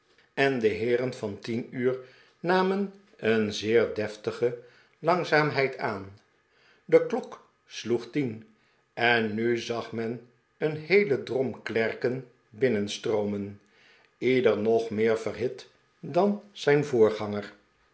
en de heeren van tien uur namen een zeer deftige langzaamheid aan de klok sloeg tien en nu zag men een heele drom klerken binnenstroomen ieder nog meer verhit dan zijn voor